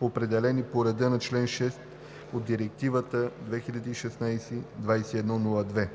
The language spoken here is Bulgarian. определени по реда на чл. 6 от Директива (ЕС) 2016/2102.